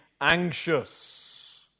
anxious